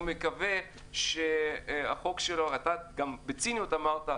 שהוא מקווה שהחוק שלו אתה גם בציניות אמרת,